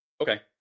Okay